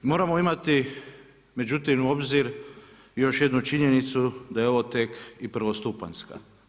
Moramo imati međutim, u obzir još jednu činjenicu, da je ovo tek i prvostupanjska.